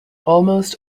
almost